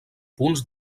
punts